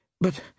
But